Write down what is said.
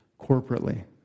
corporately